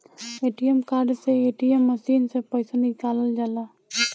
ATM card से ATM machine से पईसा निकालल जाला